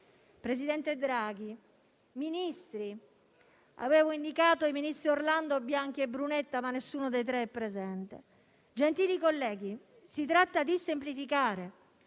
Presidente Draghi, signori Ministri (mi rivolgevo ai ministri Orlando, Bianchi e Brunetta, ma nessuno dei tre è presente), gentili colleghi, si tratta di semplificare.